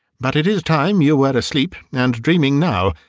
but it is time you were asleep and dreaming now.